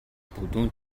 бүдүүн